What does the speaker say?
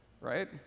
right